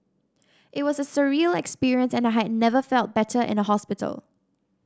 it was a surreal experience and I had never felt better in a hospital